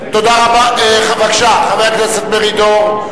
בבקשה, חבר הכנסת מרידור.